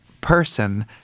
person